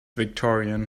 victorian